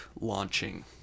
launching